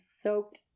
soaked